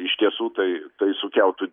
iš tiesų tai sukeltų